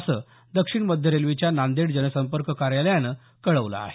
असं दक्षिण मध्य रेल्वेच्या नांदेड जनसंपर्क कार्यालयानं कळवलं आहे